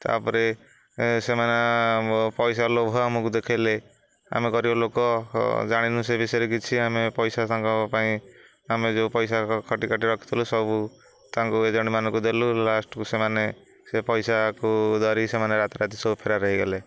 ତା'ପରେ ସେମାନେ ପଇସା ଲୋଭ ଆମକୁ ଦେଖେଇଲେ ଆମେ ଗରିବ ଲୋକ ଜାଣିନୁ ସେ ବିଷୟରେ କିଛି ଆମେ ପଇସା ତାଙ୍କ ପାଇଁ ଆମେ ଯେଉଁ ପଇସା ଖଟି ଖଟି ରଖିଥିଲୁ ସବୁ ତାଙ୍କୁ ଏଜେଣ୍ଟମାନଙ୍କୁ ଦେଲୁ ଲାଷ୍ଟକୁ ସେମାନେ ସେ ପଇସାକୁ ଧରି ସେମାନେ ରାତି ରାତି ସବୁ ଫେରାରେ ହେଇଗଲେ